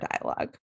dialogue